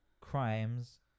Crimes